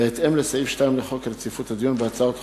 בהתאם לסעיף 2 לחוק רציפות הדיון בהצעות חוק,